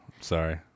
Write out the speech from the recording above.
Sorry